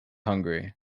hungary